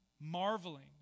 marveling